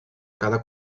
cada